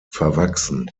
verwachsen